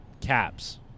caps